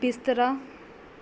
ਬਿਸਤਰਾ